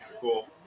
cool